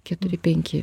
keturi penki